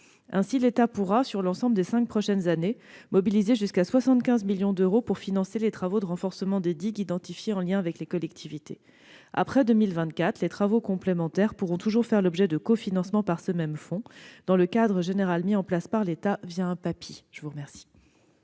Ainsi, l'État pourra, sur l'ensemble des cinq prochaines années, mobiliser jusqu'à 75 millions d'euros pour financer les travaux de renforcement des digues identifiés en liaison avec les collectivités. Après 2024, les travaux complémentaires pourront toujours faire l'objet d'un cofinancement par ce même fonds dans le cadre général mis en place par l'État, un programme